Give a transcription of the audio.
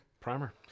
Primer